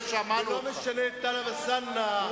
אנחנו מדברים על ילדים.